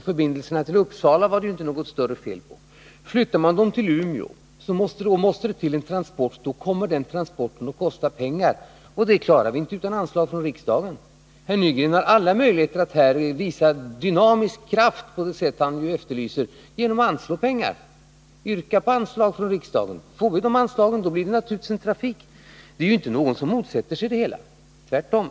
Förbindelserna till Uppsala var det ju inte något större fel på. Flyttar man regionsjukvården för jämtlänningarna till Umeå måste det till transporter, och de transporterna kostar pengar. Det klarar vi inte utan anslag av riksdagen. Herr Nygren har alla möjligheter att här visa dynamisk kraft på det sätt han efterlyser genom att yrka på anslag från riksdagen. Får vi de anslagen blir det naturligtvis trafikförbindelser. Det är inte någon som motsätter sig det hela — tvärtom.